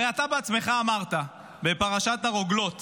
הרי אתה בעצמך אמרת בפרשת הרוגלות